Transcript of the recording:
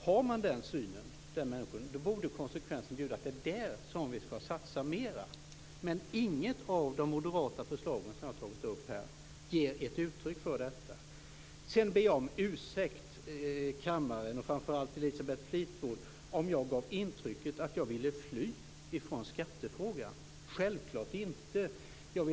Har man nämnda människosyn borde konsekvensen bjuda att det är där som vi skall satsa mera. Men inget av de moderata förslag som jag här har tagit upp ger ett uttryck för detta. Sedan vill jag be kammaren och framför allt Elisabeth Fleetwood om ursäkt om jag gav intrycket att jag ville fly från skattefrågan. Självklart är det inte så.